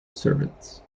servants